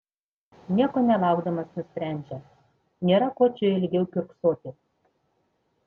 nieko nelaukdamas nusprendžia nėra ko čia ilgiau kiurksoti